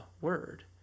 word